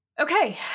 Okay